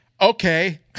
Okay